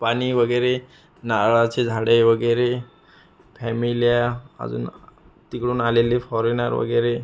पाणी वगैरे नारळाची झाडे वगैरे फॅमिल्या अजून तिकडून आलेले फॉरेनर वगैरे